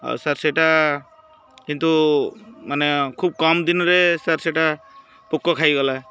ଆଉ ସାର୍ ସେଇଟା କିନ୍ତୁ ମାନେ ଖୁବ୍ କମ୍ ଦିନରେ ସାର୍ ସେଇଟା ପୋକ ଖାଇଗଲା